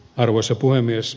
arvoisa puhemies